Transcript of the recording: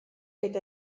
eta